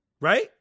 Right